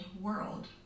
world